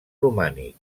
romànic